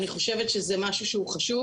אני חושבת שזה חשוב.